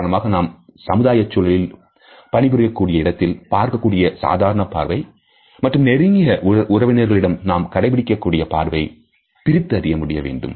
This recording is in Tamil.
உதாரணமாக நாம் சமுதாயச் சூழலில் பணிபுரியக்கூடிய இடத்தில் பார்க்கக் கூடிய சாதாரண பார்வை மற்றும் நெருங்கிய உறவினர்களிடம் நாம் கடைபிடிக்க கூடிய பார்வை பிரித்து அறிய முடிய வேண்டும்